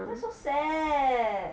that's so sad